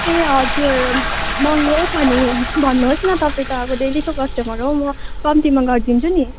ए हजुर महँगो छ नि भन्नुहोस् न तपाईँ त अब डेलीको कस्टमर हो म कम्तीमा गरिदिन्छु नि